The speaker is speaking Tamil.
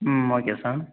ம் ஓகே சார்